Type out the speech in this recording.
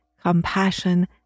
compassion